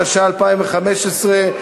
התשע"ה 2015,